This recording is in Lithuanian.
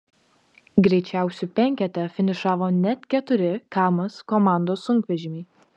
greičiausių penkete finišavo net keturi kamaz komandos sunkvežimiai